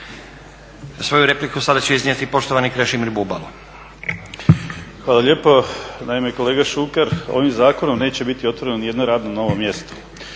Svoju repliku sada će iznijeti poštovani Krešimir Bubalo. **Bubalo, Krešimir (HDSSB)** Hvala lijepa. Naime kolega Šuker, ovim zakonom neće biti otvoreno niti jedno novo radno mjesto.